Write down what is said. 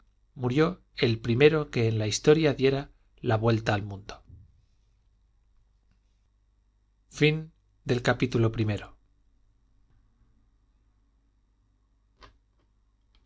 murió el primero que en la historia diera la suelta al mundo